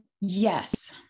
Yes